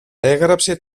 έγραψε